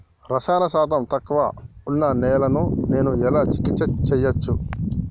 రసాయన శాతం తక్కువ ఉన్న నేలను నేను ఎలా చికిత్స చేయచ్చు?